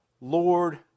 Lord